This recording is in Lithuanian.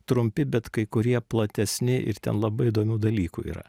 trumpi bet kai kurie platesni ir ten labai įdomių dalykų yra